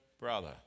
brother